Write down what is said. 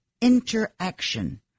interaction